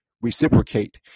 reciprocate